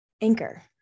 Anchor